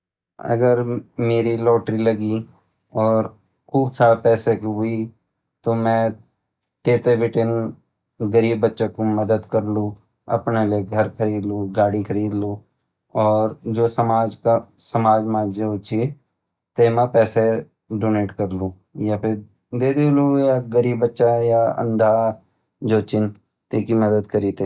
अगर मेरी लोटेररी लगी अर खूब सारा पैसा वी ता मैं ते बटिन गरीब बच्चों मदद कालु अपड़ा ले घर खरीद लू गाड़ी खरीद लू और जो समाज मा जू ची तेमा पैसा डोनेट कालु या दे दयालू गरीब बच्चा अन्धा जू छिन मदद कनो।